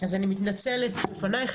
אז אני מתנצלת בפנייך,